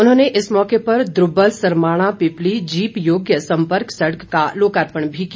उन्होंने इस मौके पर द्रब्बल सरमाणा पिपली जीप योग्य सम्पर्क सड़क का लोकार्पण भी किया